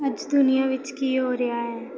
ਅੱਜ ਦੁਨੀਆਂ ਵਿੱਚ ਕੀ ਹੋ ਰਿਹਾ ਹੈ